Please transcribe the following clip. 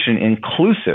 inclusive